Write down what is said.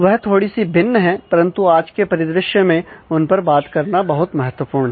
वह थोड़ी सी भिन्न है परंतु आज के परिदृश्य में उन पर बात करना बहुत महत्वपूर्ण है